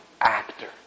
actor